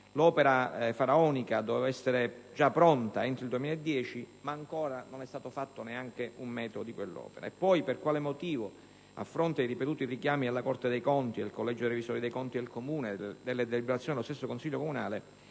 L'opera faraonica doveva essere già pronta entro il 2010, ma ancora non ne è stato realizzato neanche un metro. Inoltre, si vorrebbe sapere per quale motivo, a fronte di ripetuti richiami alla Corte dei conti, al collegio dei revisori dei conti del Comune e delle deliberazioni dello stesso consiglio comunale,